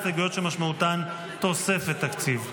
על הסתייגויות שמשמעותן תוספת תקציב.